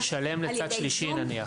נניח לשלם לצד שלישי.